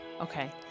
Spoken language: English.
okay